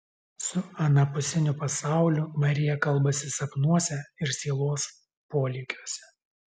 su anapusiniu pasauliu marija kalbasi sapnuose ir sielos polėkiuose